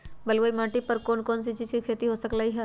बलुई माटी पर कोन कोन चीज के खेती हो सकलई ह?